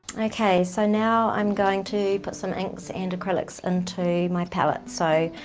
okay, so now i'm going to put some inks and acrylics into my palette. so